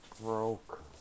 broke